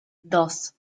dos